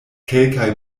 kelkaj